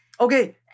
Okay